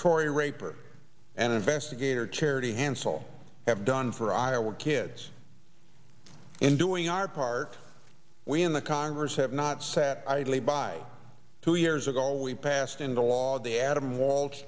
cory raper and investigator charity hansell have done for iowa kids in doing our part we in the congress have not sat idly by two years ago we passed into law the adam w